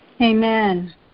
Amen